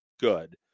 good